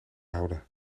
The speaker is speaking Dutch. houden